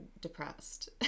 depressed